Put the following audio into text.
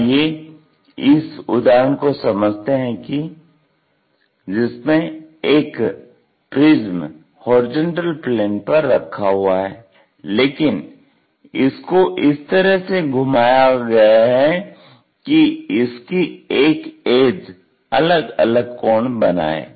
आइये इस उदाहरण को समझते हैं जिसमे एक प्रिज्म HP पर रखा हुआ है लेकिन इसको इस तरह से घुमाया गया है कि इसकी एक एज अलग अलग कोण बनाये